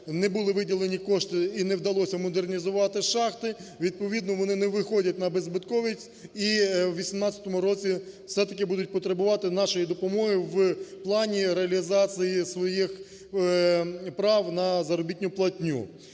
не були виділені кошти і не вдалося модернізувати шахти, відповідно вони не виходять на беззбитковість і у 18-му році все-таки будуть потребувати нашої допомоги в плані реалізації своїх прав на заробітну платню.